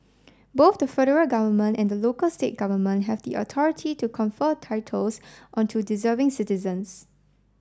both the federal government and the local state government have the authority to confer titles onto deserving citizens